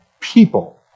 people